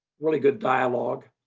really good dialogue.